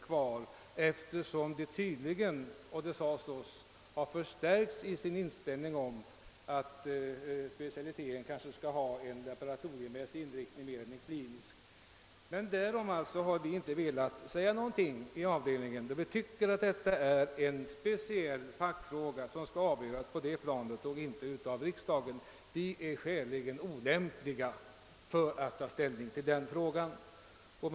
Socialstyrelsen har nämligen, enligt vad som sagts oss, stärkts i sin inställning att specialiteten skall ha en laboratoriemässig inriktning mera än en klinisk. Därom har vi alltså inte velat uttala något i avdelningen, då vi tyckt att detta är en fackmässig fråga som skall avgöras på det fackmässiga planet och inte av riksdagen. Vi är här troligen olämpliga för att ta ställning till denna fråga. Herr talman!